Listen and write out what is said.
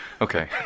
Okay